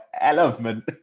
element